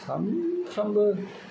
सामफ्रामबो